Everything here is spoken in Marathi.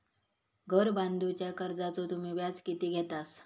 घर बांधूच्या कर्जाचो तुम्ही व्याज किती घेतास?